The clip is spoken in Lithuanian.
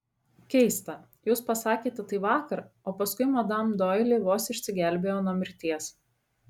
keista jūs pasakėte tai vakar o paskui madam doili vos išsigelbėjo nuo mirties